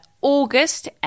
August